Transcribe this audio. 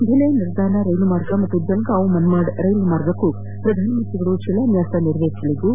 ಧುಲೆ ನರ್ದಾನ ರೈಲು ಮಾರ್ಗ ಮತ್ತು ಜಲಗಾಂವ್ ಮನ್ಮಾಡ್ ರೈಲು ಮಾರ್ಗಕ್ಕೂ ಪ್ರಧಾನಿ ಶಿಲಾನ್ಯಾಸ ನೆರವೇರಿಸಲಿದ್ದು